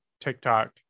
tiktok